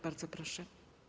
Bardzo proszę.